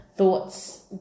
Thoughts